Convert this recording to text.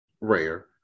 rare